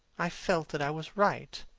i felt that i was right.